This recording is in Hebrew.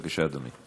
בבקשה, אדוני.